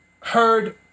heard